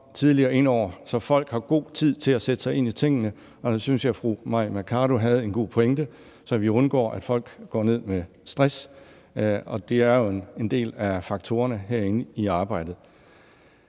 tidligere indover, så folk har god tid til at sætte sig ind i tingene, og der synes jeg, fru Mai Mercado havde en god pointe, i forhold til at vi undgår, at folk går ned med stress, og det er jo en del af faktorerne i arbejdet